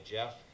Jeff